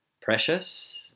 precious